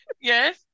Yes